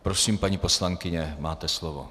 Prosím, paní poslankyně, máte slovo.